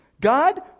God